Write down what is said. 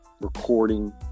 recording